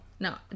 No